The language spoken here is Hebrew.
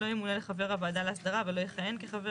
לא ימונה לחבר הוועדה להסדרה ולא יכהן כחבר,